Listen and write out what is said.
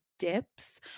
dips